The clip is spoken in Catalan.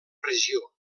regió